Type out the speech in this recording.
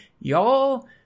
y'all